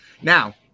Now